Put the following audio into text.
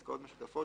עסקאות משותפות,